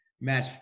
match